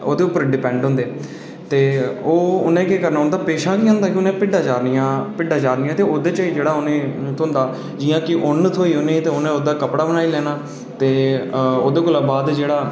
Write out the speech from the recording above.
ते ओह् ओह्दे पर डिपैंड होंदे ते ओह् उ'नें केह् करना उं'दा पेशा होंदा कि उ'नें भिड्डां चारनियां भिड्डां चारनियां ते उं'दे चा जेह्ड़ा उ'नें ई थ्होंदा जि'यां कि उन्न थ्होई उ'नें ई ते उ'नें ओह्दा कपड़ा बनाई लैना ते ओह्दे कोला बाद जेह्ड़ा